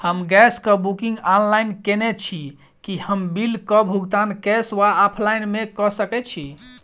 हम गैस कऽ booking online केने छी, की हम बिल कऽ भुगतान कैश वा ऑफलाइन मे कऽ सकय छी?